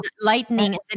lightning